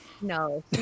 No